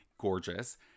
Gorgeous